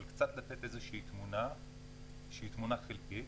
אבל קצת לתת איזושהי תמונה שהיא תמונה חלקית.